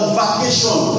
vacation